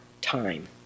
time